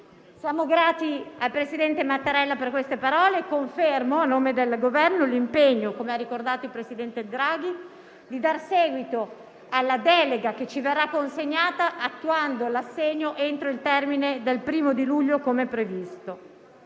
Siamo grati al presidente Mattarella per queste parole e, a nome del Governo, confermo l'impegno, come ha ricordato il presidente Draghi, di dar seguito alla delega che ci verrà consegnata attuando l'assegno entro il termine del 1° luglio, come previsto.